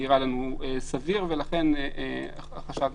לכן אני חוזר